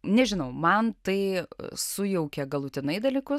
nežinau man tai sujaukė galutinai dalykus